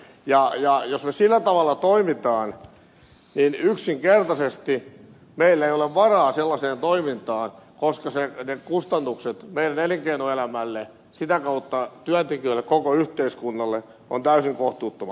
jos me sillä tavalla toimimme niin yksinkertaisesti meillä ei ole varaa sellaiseen toimintaan koska ne kustannukset meidän elinkeinoelämällemme ja sitä kautta työntekijöille koko yhteiskunnalle ovat täysin kohtuuttomat